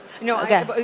No